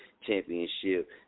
Championship